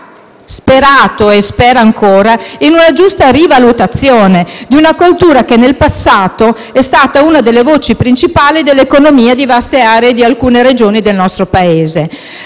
ha sperato e spera ancora in una giusta rivalutazione di una coltura che nel passato è stata una delle voci principali dell'economia di vaste aree di alcune Regioni del nostro Paese.